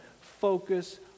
Focus